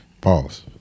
Pause